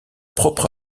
propre